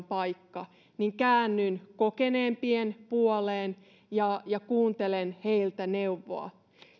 paikka niin käännyn kokeneempien puoleen ja ja kuuntelen heiltä neuvoa